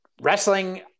wrestling